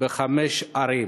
בחמש ערים,